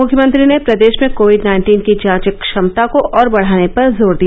मुख्यमंत्री ने प्रदेश में कोविड नाइन्टीन की जांच क्षमता को और बढ़ाने पर जोर दिया